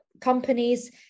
companies